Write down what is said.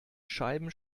scheiben